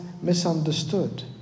misunderstood